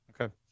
Okay